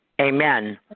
amen